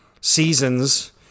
seasons